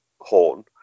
horn